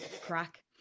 crack